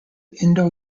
indo